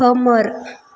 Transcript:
खोमोर